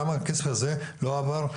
למה הכסף הזה לא עבר?